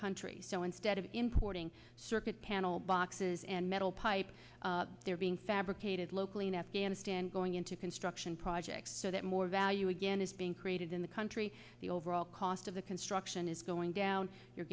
country so instead of importing circuit panel by axes and metal pipe they're being fabricated locally in afghanistan going into construction projects so that more value again is being created in the country the overall cost of the construction is going down you're